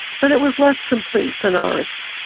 but it was less complete than ours.